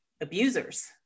abusers